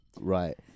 right